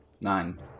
Nine